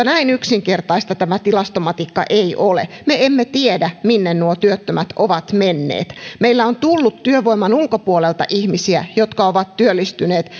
näin yksinkertaista tämä tilastomatikka ei ole me emme tiedä minne nuo työttömät ovat menneet meillä on tullut työvoiman ulkopuolelta ihmisiä jotka ovat työllistyneet